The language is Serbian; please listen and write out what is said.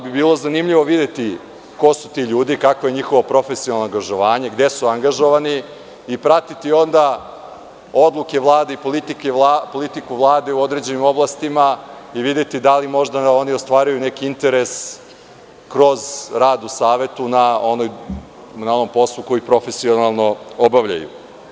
Bilo bi zanimljivo videti ko su ti ljudi, kakvo je njihovo profesionalno angažovanje, gde su angažovani i pratiti onda odluke Vlade i politiku Vlade u određenim oblastima i videti da li možda oni ostvaruju neki interes kroz rad u savetu na onom poslu koji profesionalno obavljaju.